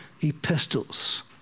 epistles